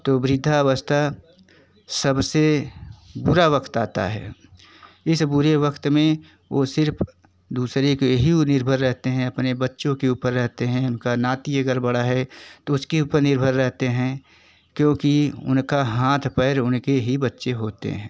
तो वृद्धावस्था सबसे बुरा वक्त आता है इस बुरे वक्त में वो सिर्फ दूसरे के ही निर्भर रहते हैं अपने बच्चों के ऊपर रहते हैं उनका नाती अगर बड़ा है तो उसके ऊपर निर्भर रहते हैं क्योंकि उनका हाथ पर उनके ही बच्चे होते हैं